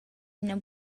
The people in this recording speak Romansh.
ina